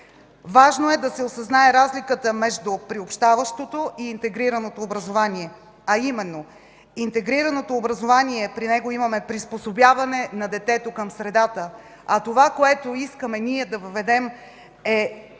Важно е да се осъзнае разликата между приобщаващото и интегрираното образование. При интегрираното образование имаме приспособяване на детето към средата, а това, което ние искаме да въведем е обратното